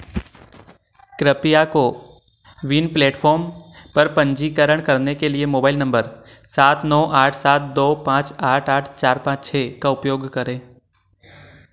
कृपया CoWIN platform पर पंजीकरण करने के लिए मोबाइल नंबर सात नौ आठ सात दो पाँच आठ आठ चार पाँच छः का उपयोग करें